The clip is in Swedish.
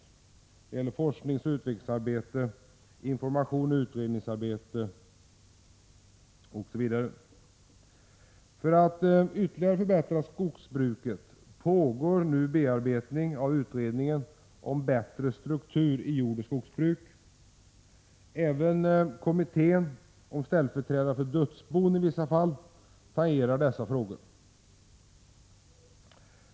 Det gäller forskningsoch utvecklingsarbete, information och utredningsarbete osv. För att skogsbruket ytterligare skall förbättras pågår nu bearbetning av utredningen om bättre struktur i jordoch skogsbruk. Även kommittén om ställföreträdare för dödsbon i vissa fall tangerar dessa frågor.